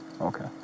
Okay